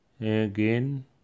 again